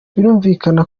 birumvikana